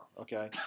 okay